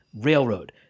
railroad